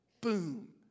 Boom